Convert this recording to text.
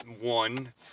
One